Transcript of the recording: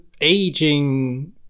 aging